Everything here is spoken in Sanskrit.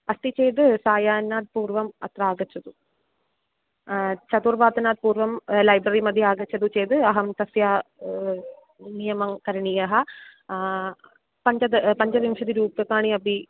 अस्ति चेत् सायान्नात् पूर्वम् अत्र आगच्छतु चतुर्वादनात् पूर्वं लैब्ररी मध्ये आगच्छतु चेत् अहं तस्य नियमं करणीयः पञ्च पञ्चविंशतिरूप्यकाणि अपि